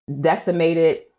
decimated